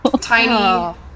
Tiny